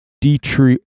Detroit